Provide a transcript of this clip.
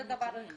זה דבר אחד.